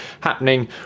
happening